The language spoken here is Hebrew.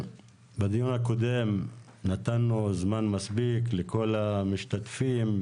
ובדיון הקודם נתנו זמן מספיק לכל המשתתפים,